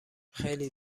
خیلی